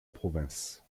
province